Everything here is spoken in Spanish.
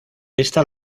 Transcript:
esta